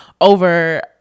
over